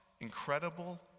incredible